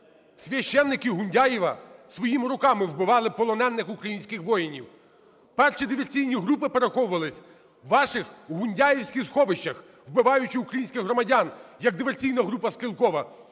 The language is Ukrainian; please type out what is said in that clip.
священники Гундяєва своїми руками вбивали полонених українських воїнів! Перші диверсійні групи переховувались у ваших, гундяєвських сховищах, вбиваючи українських громадян, як диверсійна група Стрєлкова!